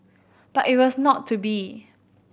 but it was not to be